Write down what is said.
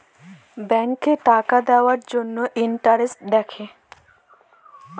ব্যাংকে টাকা দিবার জ্যনহে ইলটারেস্ট দ্যাখে